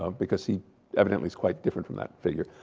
um because he evidently is quite different from that figure.